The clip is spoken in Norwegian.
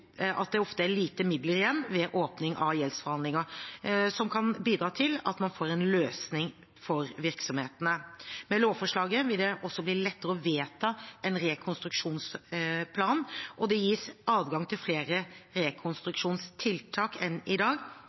midler igjen som kan bidra til at man får en løsning for virksomhetene. Med lovforslaget vil det også bli lettere å vedta en rekonstruksjonsplan, og det gis adgang til flere rekonstruksjonstiltak enn i dag,